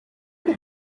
did